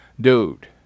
dude